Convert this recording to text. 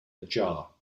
ajar